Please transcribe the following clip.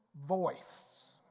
voice